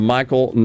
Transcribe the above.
Michael